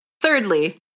Thirdly